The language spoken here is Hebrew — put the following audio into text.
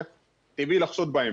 איך טבעי לחשוד בהם.